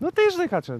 nu tai žinai ką čia